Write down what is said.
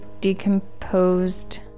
decomposed